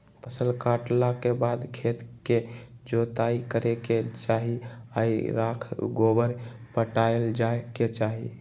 फसल काटला के बाद खेत के जोताइ करे के चाही आऽ राख गोबर पटायल जाय के चाही